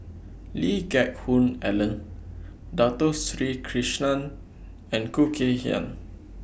Lee Geck Hoon Ellen Dato Sri Krishna and Khoo Kay Hian